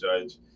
judge